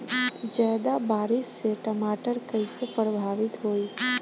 ज्यादा बारिस से टमाटर कइसे प्रभावित होयी?